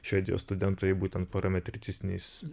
švedijos studentai būtent parametricistiniais